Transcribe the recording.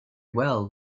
well